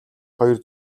хоёр